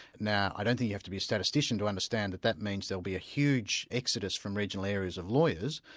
now i don't think you have to be a statistician to understand that that means there'll be a huge exodus from regional areas of lawyers,